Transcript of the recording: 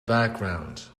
background